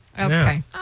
Okay